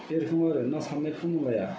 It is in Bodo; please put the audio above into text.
बेरोखोम आरो ना सारनाय फरमुलाया